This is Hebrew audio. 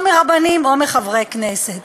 או מרבנים או מחברי כנסת.